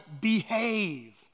behave